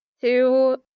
to-